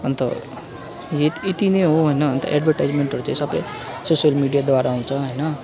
अन्त य यति नै हो होइन अन्त एड्भर्टिजमेन्टहरू चाहिँ सबै सोसियल मिडियाद्वारा हुन्छ होइन